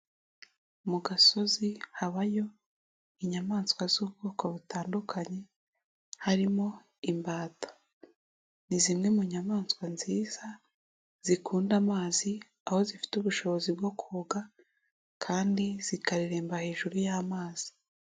Mu gasozi habayo inyamaswa z'ubwoko butandukanye harimo imbata, ni zimwe mu nyamaswa nziza zikunda amazi aho zifite ubushobozi bwo koga kandi zikareremba hejuru y'amazi.